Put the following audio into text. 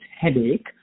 headache